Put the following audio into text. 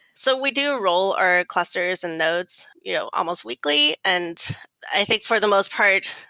so we do roll our clusters and nodes you know almost weekly, and i think for the most part,